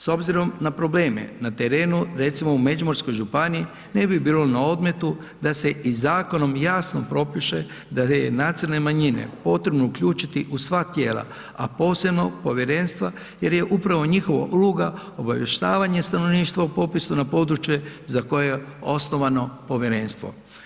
S obzirom na probleme na terenu, recimo u Međimurskoj županiji ne bi bilo na odmetu da se i zakonom jasno propiše da je nacionalne manjine potrebno uključiti u sva tijela, a posebno u povjerenstva jer je upravo njihova uloga obavještavanje stanovništva u popisu na područje za koje je osnovano povjerenstvo.